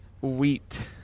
wheat